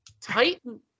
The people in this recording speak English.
Titan